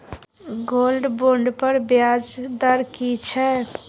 Gold bond पर ब्याज दर की छै?